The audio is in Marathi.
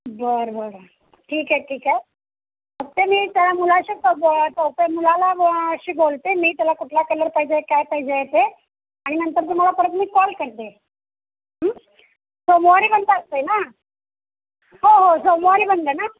बरं बरं ठीक आहे ठीक आहे फक्त मी त्या मुलाशी मुलाला शी बोलते मी त्याला कुठला कलर पाहिजे काय पाहिजे ते आणि नंतर तुम्हाला परत मी कॉल करते सोमवारी बंद असतंय ना हो सोमवारी बंद ना